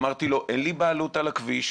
אמרתי לו: אין לי בעלות על הכביש,